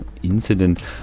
incident